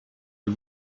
you